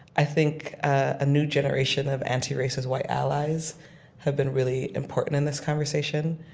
i think a new generation of anti-racism white allies have been really important in this conversation.